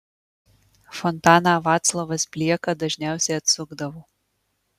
fontaną vaclovas blieka dažniausiai atsukdavo